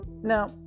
now